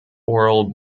oral